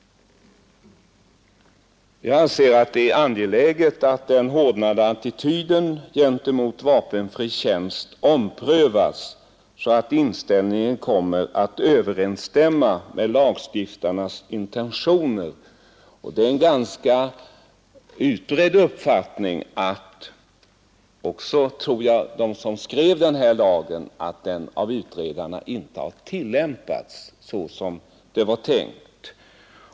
Jag anser det angeläget att den hårdnande attityden gentemot vapenfri tjänst omprövas, så att inställningen kommer att överensstämma med lagstiftarnas intentioner. Det är en ganska utbredd uppfattning — även hos dem som skrev denna lag, tror jag — att den av utredarna inte har tillämpats så som det var tänkt.